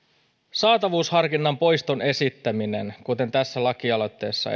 saatavuusharkinnan poiston esittäminen kuten tässä lakialoitteessa